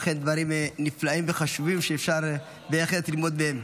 אכן דברים נפלאים וחשובים שאפשר בהחלט ללמוד מהם.